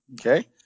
Okay